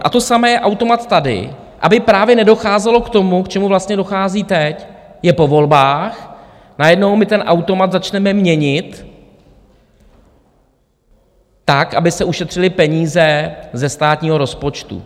A to samé je automat tady, aby právě nedocházelo k tomu, k čemu vlastně dochází teď je po volbách, najednou my ten automat začneme měnit tak, aby se ušetřily peníze ze státního rozpočtu.